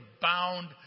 bound